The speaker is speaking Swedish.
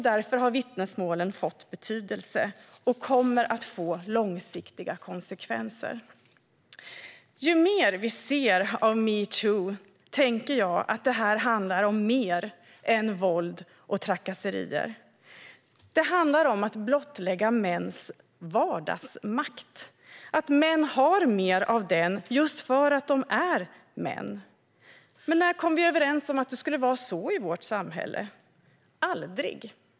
Därför har vittnesmålen fått betydelse och kommer att få långsiktiga konsekvenser. Ju mer vi ser av metoo, desto mer tänker jag att det handlar om mer än våld och trakasserier. Det handlar om att blottlägga mäns vardagsmakt - att män har mer av den just för att de är män. Men när kom vi överens om att det skulle vara så i vårt samhälle? Det har vi aldrig gjort.